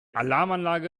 alarmanlage